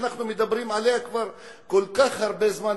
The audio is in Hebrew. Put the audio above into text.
שאנחנו מדברים עליה כבר כל כך הרבה זמן,